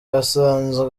basanzwe